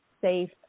safe